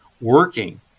working